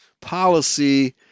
policy